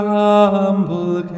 humble